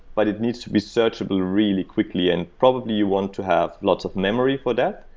but it needs to be searchable really quickly and probably you want to have lots of memory for that.